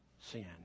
sin